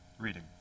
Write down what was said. Reading